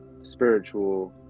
spiritual